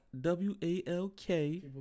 W-A-L-K